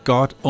God